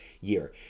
year